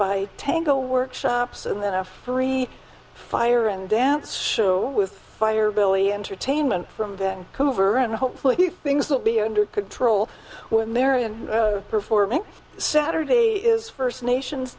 by tango workshops and then a free fire and dance show with fire billy entertainment from vancouver and hopefully things will be under control with marian performing saturday is first nations